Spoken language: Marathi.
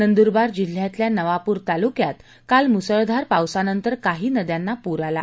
नंदुरबार जिल्ह्यातल्या नवापूर तालुक्यात काल मुसळधार पावसानंतर काही नद्यांना पूर आला